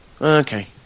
Okay